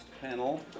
panel